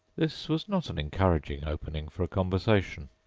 this was not an encouraging opening for a conversation.